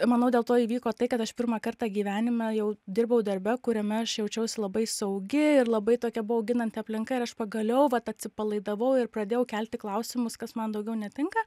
manau dėl to įvyko tai kad aš pirmą kartą gyvenime jau dirbau darbe kuriame aš jaučiausi labai saugi ir labai tokia buvo auginanti aplinka ir aš pagaliau vat atsipalaidavau ir pradėjau kelti klausimus kas man daugiau netinka